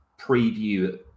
preview